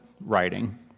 writing